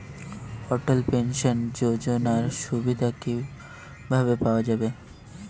অটল pension যোজনার সুবিধা কি ভাবে পাওয়া যাবে?